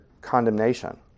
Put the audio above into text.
condemnation